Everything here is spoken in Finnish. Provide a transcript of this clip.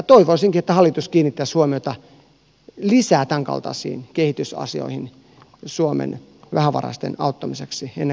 toivoisinkin että hallitus kiinnittäisi huomiota lisää tämänkaltaisiin kehitysasioihin suomen vähävaraisten auttamiseksi ennen kaikkea